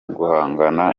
guhangana